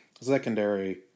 Secondary